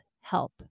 help